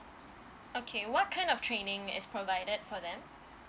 okay what kind of training is provided for them